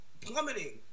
Plummeting